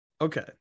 Okay